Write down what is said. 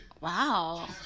Wow